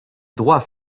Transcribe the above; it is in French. droits